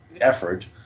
effort